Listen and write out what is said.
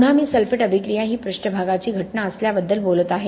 पुन्हा मी सल्फेट अभिक्रिया ही पृष्ठभागाची घटना असल्याबद्दल बोलत आहे